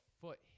foot